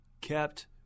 kept